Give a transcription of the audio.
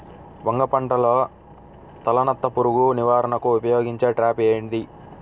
వంగ పంటలో తలనత్త పురుగు నివారణకు ఉపయోగించే ట్రాప్ ఏది?